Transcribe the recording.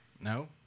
No